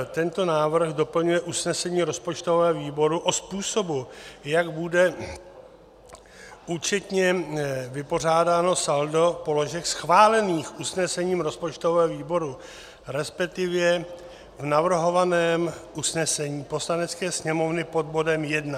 Tento návrh doplňuje usnesení rozpočtového výboru o způsobu, jak bude účetně vypořádáno saldo položek schválených usnesením rozpočtového výboru, resp. navrhovaném v usnesení Poslanecké sněmovny pod bodem 1.